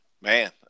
man